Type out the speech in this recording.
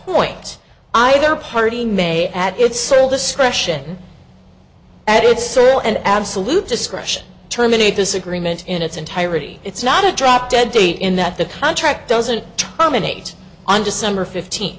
point either party may at its sole discretion added surreal and absolute discretion terminate this agreement in its entirety it's not a drop dead date in that the contract doesn't terminate on december fifteenth